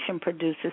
produces